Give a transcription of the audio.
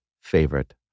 favorite